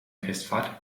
testfahrt